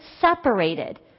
separated